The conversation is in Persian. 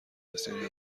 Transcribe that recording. بسیاری